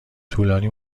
طولانی